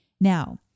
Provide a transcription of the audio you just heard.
Now